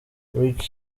rick